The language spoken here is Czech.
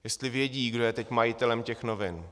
Jestli vědí, kdo je teď majitelem těch novin.